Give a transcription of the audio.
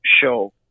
show